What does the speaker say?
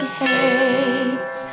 hates